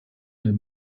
der